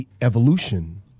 evolution